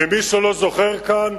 ומי שלא זוכר כאן,